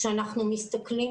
כאשר אנחנו מסתכלים